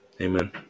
Amen